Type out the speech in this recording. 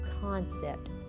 concept